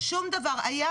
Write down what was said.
שום דבר, היה